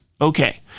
Okay